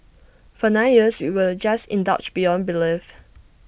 for nine years we were just indulged beyond belief